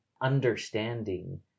understanding